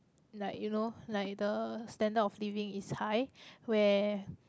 like you know like the standard of living is high where